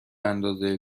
اندازه